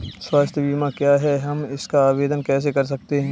स्वास्थ्य बीमा क्या है हम इसका आवेदन कैसे कर सकते हैं?